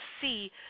see